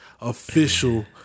official